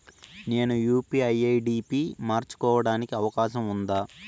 నేను UPI ID పి మార్చుకోవడానికి అవకాశం ఉందా?